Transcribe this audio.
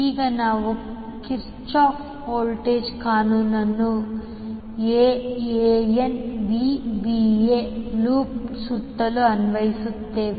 ಈಗ ನಾವು Kirchhoff voltage ಕಾನೂನನ್ನು aANBba ಲೂಪ್ ಸುತ್ತಲೂ ಅನ್ವಯಿಸುತ್ತೇವೆ